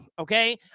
okay